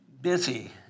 busy